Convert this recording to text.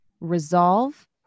resolve